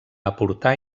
aportar